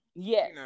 Yes